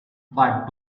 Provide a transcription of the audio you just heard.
but